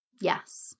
Yes